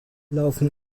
laufen